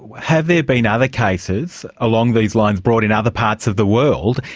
have there been other cases along these lines, brought in other parts of the world,